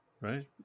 Right